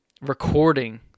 recording